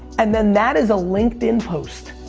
and then that is a linkedin post.